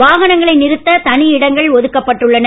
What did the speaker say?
வாகனங்களை நிறுத்த தனி இடங்கள் ஒதுக்கப்பட்டுள்ளன